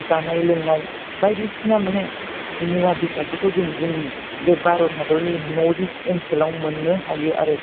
जानाय लोंनाय बायदिसिना मानि मुवा बेसादफोरखौ जों जोंनि बे भारत हादरनि नर्थ इस्ट ओनसोलाव मोननो हायो आरो